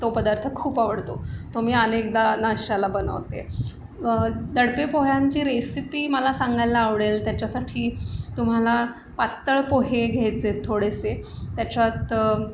तो पदार्थ खूप आवडतो तो मी अनेकदा नाश्त्याला बनवते दडपे पोह्यांची रेसिपी मला सांगायला आवडेल त्याच्यासाठी तुम्हाला पातळ पोहे घ्यायचेत थोडेसे त्याच्यात